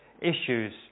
issues